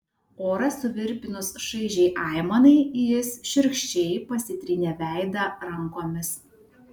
orą suvirpinus šaižiai aimanai jis šiurkščiai pasitrynė veidą rankomis